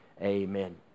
amen